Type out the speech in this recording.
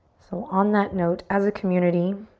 so on that note, as a community,